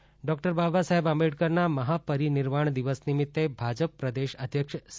Patil Ambedkar doctor Baba Saheb આંબેડકરના મહાપરિનિર્વાણ દિવસ નિમિત્ત ભાજપ પ્રદેશ અધ્યક્ષ સી